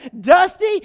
Dusty